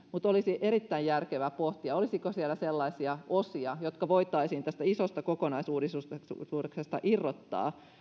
mutta olisi erittäin järkevää pohtia olisiko siellä sellaisia osia jotka voitaisiin tästä isosta kokonaisuudistuksesta irrottaa